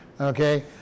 Okay